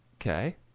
Okay